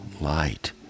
light